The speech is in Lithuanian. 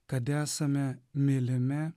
kad esame mylimi